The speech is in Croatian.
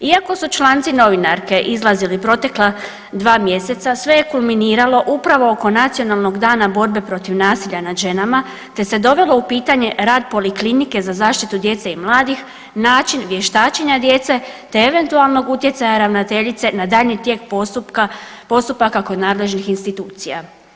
Iako su članci novinarke izlaziti protekla 2 mjeseca, sve je kulminiralo upravo oko Nacionalnog dana borbe protiv nasilja nad ženama te se dovelo u pitanje rad Poliklinike za zaštitu djece i mladih, način vještačenja djece te eventualnog utjecaja ravnateljice na daljnji tijek postupaka kod nadležnih institucija.